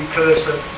person